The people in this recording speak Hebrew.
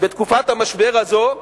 בתקופת המשבר הזאת,